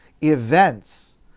events